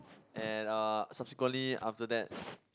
and uh subsequently after that